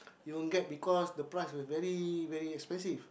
you won't get because the price was very very expensive